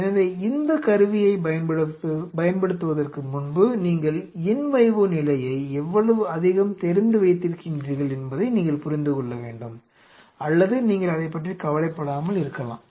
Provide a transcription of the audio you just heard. எனவே இந்த கருவியைப் பயன்படுத்துவதற்கு முன்பு நீங்கள் இன் வைவோ நிலையை எவ்வளவு அதிகம் தெரிந்து வைத்திருக்கின்றீர்கள் என்பதை நீங்கள் புரிந்து கொள்ள வேண்டும் அல்லது நீங்கள் அதைப்பற்றி கவலைப்படாமல் இருக்கலாம்